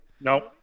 no